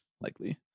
Likely